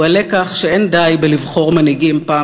הוא הלקח שאין די בבחירת מנהיגים פעם